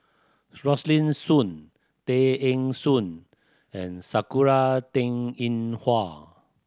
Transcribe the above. Rosaline Soon Tay Eng Soon and Sakura Teng Ying Hua